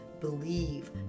believe